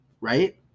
Right